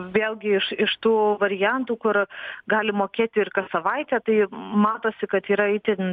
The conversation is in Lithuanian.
vėlgi iš iš tų variantų kur gali mokėti ir kas savaitę tai matosi kad yra itin